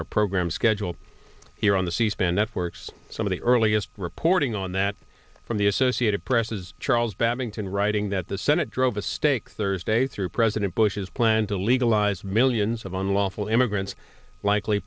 our program scheduled here on the c span networks some of the earliest reporting on that from the associated press is charles babington writing that the senate drove a stake thursday through president bush's plan to legalize millions of unlawful immigrants likely